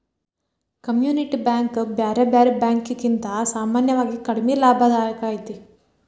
community bank ಬ್ಯಾರೆ ಬ್ಯಾರೆ ಬ್ಯಾಂಕಿಕಿಗಿಂತಾ ಸಾಮಾನ್ಯವಾಗಿ ಕಡಿಮಿ ಲಾಭದಾಯಕ ಐತಿ